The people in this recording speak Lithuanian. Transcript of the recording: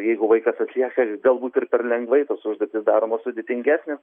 jeigu vaikas atlieka galbūt ir per lengvai tos užduotys daromos sudėtingesnės